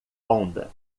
onda